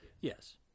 Yes